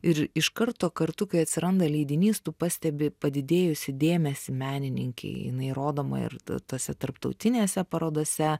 ir iš karto kartu kai atsiranda leidinys tu pastebi padidėjusį dėmesį menininkei jinai rodoma ir tose tarptautinėse parodose